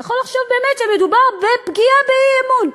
יכול לחשוב באמת שמדובר בפגיעה באי-אמון.